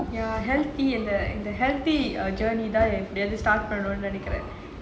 ya healthy and the the healthy err journey diet பண்ணனும்னு நினைக்குறேன்:pannanumnu ninaikuraen